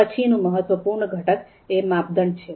પછીનું મહત્વપૂર્ણ ઘટક એ માપદંડ છે